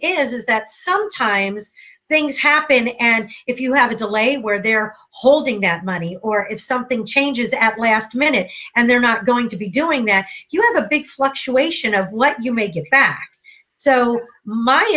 is is that sometimes things happen and if you have a delay where they're holding that money or if something changes at last minute and they're not going to be doing that you have a big fluctuation of let you make it back so my